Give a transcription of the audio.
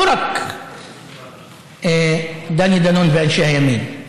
לא רק דני דנון ואנשי הימין,